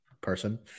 Person